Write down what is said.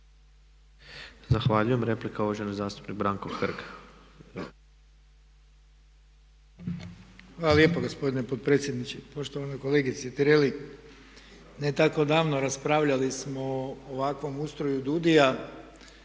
Zahvaljujem. Replika, uvaženi zastupnik Branko Hrg. **Hrg, Branko (HSS)** Hvala lijepa gospodine potpredsjedniče. Poštovana kolegice Tireli ne tako davno raspravljali smo o ovakvom ustroju DUUDI-ja